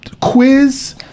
quiz